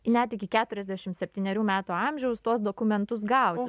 net iki keturiasdešim septynerių metų amžiaus tuos dokumentus gaut